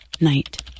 night